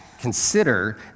consider